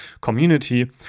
community